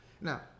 Now